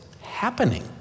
happening